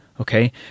Okay